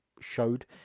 showed